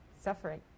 suffering